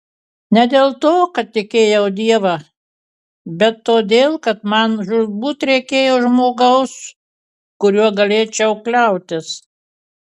ne dėl to kad tikėjau dievą bet todėl kad man žūtbūt reikėjo žmogaus kuriuo galėčiau kliautis